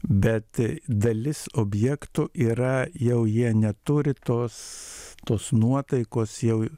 bet dalis objektų yra jau jie neturi tos tos nuotaikos jau